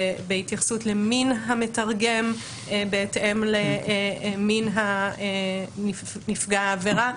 בהתייחסות למין המתרגם בהתאם למין נפגע העבירה.